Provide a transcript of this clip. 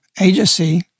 agency